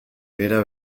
era